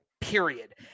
period